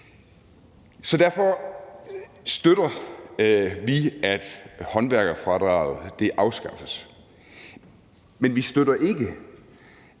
Så derfor støtter vi, at håndværkerfradraget afskaffes. Men vi støtter ikke,